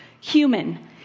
human